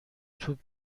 توپ